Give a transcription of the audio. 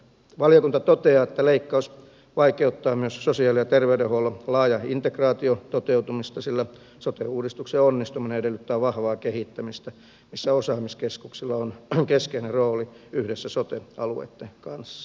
valiokunta toteaa että leikkaus vaikeuttaa myös sosiaali ja terveydenhuollon laajan integraation toteutumista sillä sote uudistuksen onnistuminen edellyttää vahvaa kehittämistä missä osaamiskeskuksilla on keskeinen rooli yhdessä sote alueitten kanssa